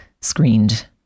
screened